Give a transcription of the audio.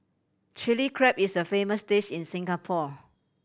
Chilli Crab is a famous dish in Singapore